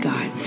God